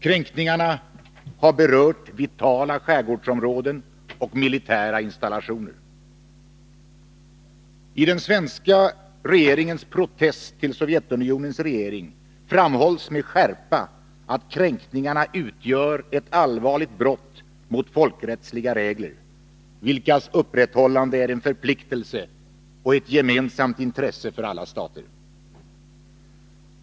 Kränkningarna har berört vitala skärgårdsområden och militära installationer. I den svenska regeringens protest till Sovjetunionens regering framhålls med skärpa att kränkningarna utgör ett allvarligt brott mot folkrättsliga regler, vilkas upprätthållande är en förpliktelse och ett gemensamt intresse för alla stater.